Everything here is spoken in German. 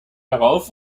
darauf